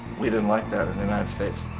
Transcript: we didn't like that in the united states.